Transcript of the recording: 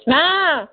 ନାଁ